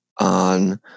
on